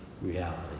reality